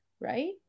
Right